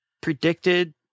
predicted